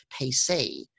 PC